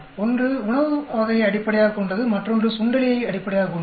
ஒன்று உணவு வகையை அடிப்படையாகக் கொண்டது மற்றொன்று சுண்டெலியை அடிப்படையாகக் கொண்டது